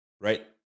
right